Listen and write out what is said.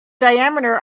diameter